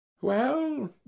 Well